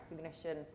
recognition